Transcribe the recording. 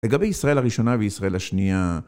לגבי ישראל הראשונה וישראל השנייה